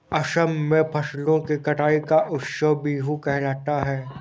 असम में फसलों की कटाई का उत्सव बीहू कहलाता है